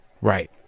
Right